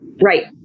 Right